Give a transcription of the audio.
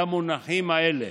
למונחים האלה: